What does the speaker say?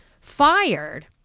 fired